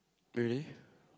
really